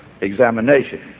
examination